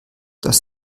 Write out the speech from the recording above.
das